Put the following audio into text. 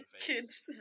Kids